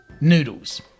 noodles